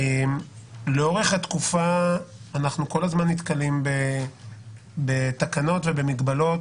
לאורך התקופה אנחנו כול הזמן נתקלים בתקנות ומגבלות